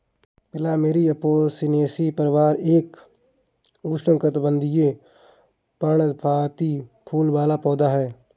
plumeria Apocynaceae परिवार का एक उष्णकटिबंधीय, पर्णपाती फूल वाला पौधा है